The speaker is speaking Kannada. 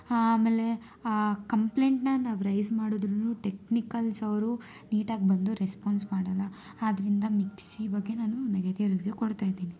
ಆಮೇಲೆ ಕಂಪ್ಲೆಂಟನ್ನ ನಾವು ರೈಸ್ ಮಾಡುದ್ರೂ ಟೆಕ್ನಿಕಲ್ಸ್ ಅವರು ನೀಟಾಗಿ ಬಂದು ರೆಸ್ಪಾನ್ಸ್ ಮಾಡಲ್ಲ ಆದ್ದರಿಂದ ಮಿಕ್ಸಿ ಬಗ್ಗೆ ನಾನು ನೆಗೆಟಿವ್ ರಿವ್ಯೂ ಕೊಡ್ತಾ ಇದ್ದೀನಿ